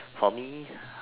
for me